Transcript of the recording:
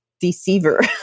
deceiver